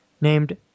named